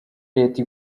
leta